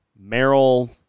Merrill